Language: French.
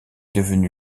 devenu